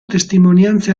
testimonianze